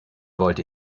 wollte